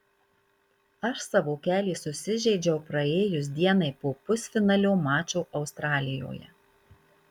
aš savo kelį susižeidžiau praėjus dienai po pusfinalio mačo australijoje